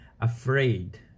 afraid